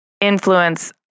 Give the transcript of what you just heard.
influence